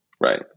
Right